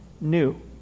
new